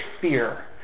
fear